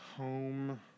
Home